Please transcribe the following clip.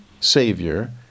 Savior